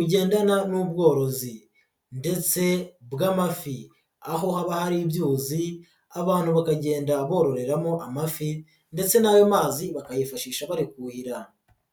ugendana n'ubworozi ndetse bw'amafi aho haba hari ibyuzi abantu bakagenda bororeramo amafi ndetse n'ayo mazi bakayifashisha bari kuhira.